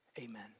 Amen